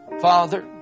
Father